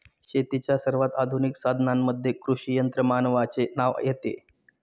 शेतीच्या सर्वात आधुनिक साधनांमध्ये कृषी यंत्रमानवाचे नाव येते